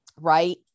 right